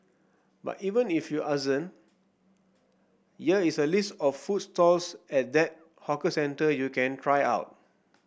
but even if you year is a list of food stalls at that hawker centre you can try out